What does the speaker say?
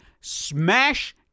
Smash